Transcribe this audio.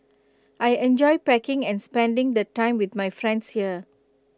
I enjoy packing and spending the time with my friends here